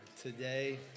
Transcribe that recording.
today